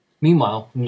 Meanwhile